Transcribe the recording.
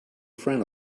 friend